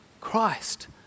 Christ